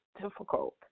difficult